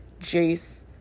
Jace